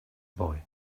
boy